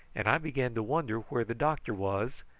and i began to wonder where the doctor was,